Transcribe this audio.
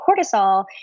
cortisol